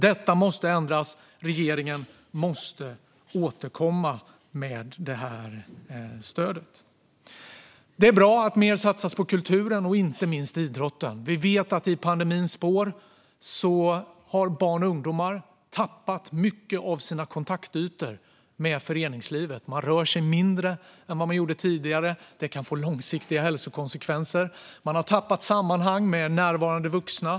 Detta måste ändras. Regeringen måste återkomma med det stödet. Det är bra att mer satsas på kulturen och inte minst på idrotten. Vi vet att i pandemins spår har barn och ungdomar tappat många av sina kontaktytor med föreningslivet. De rör sig mindre än vad de gjorde tidigare. Det kan få långsiktiga hälsokonsekvenser. De har tappat sammanhang med närvarande vuxna.